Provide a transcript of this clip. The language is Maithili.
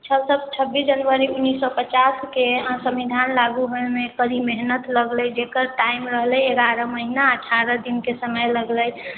छब्बीस जनवरी उन्नैस सए पचास के संविधान लागू होइमे कड़ी मेहनत लगले जेकर टाइम रहले एगयरह महिना अठारह दिन के समय लगले